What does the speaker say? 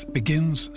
begins